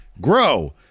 grow